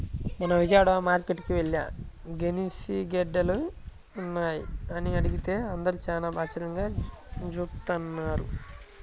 మొన్న విజయవాడ మార్కేట్టుకి యెల్లి గెనిసిగెడ్డలున్నాయా అని అడిగితే అందరూ చానా ఆశ్చర్యంగా జూత్తన్నారు